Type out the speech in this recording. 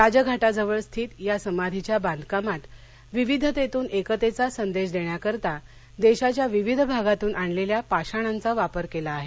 राजघाटाजवळ स्थित या समाधीच्या बांधकामात विविधतेतून एकतेचा संदेश देण्याकरिता देशाच्या विविध भागातून आणलेल्या पाषाणांचा वापर केला आहे